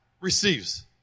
receives